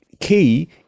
key